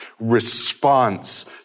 response